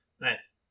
nice